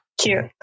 Cute